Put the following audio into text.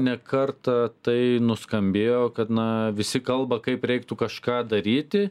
ne kartą tai nuskambėjo kad na visi kalba kaip reiktų kažką daryti